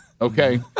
Okay